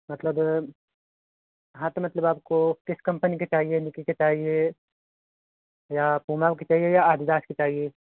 मतलब हाँ तो मतलब आपको किस कंपनी के चाहिए नाइकी के चाहिए या प्यूमा के चाहिए या ऐडिडास के चाहिए